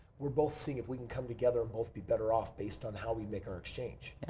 we're both seeing if we can come together and both be better off based on how we make our exchange.